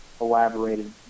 elaborated